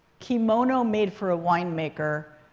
kimono made for a wine-maker.